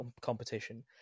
competition